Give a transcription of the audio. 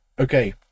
Okay